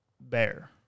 bear